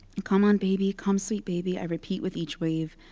and come on baby. come, sweet baby, i repeat with each wave.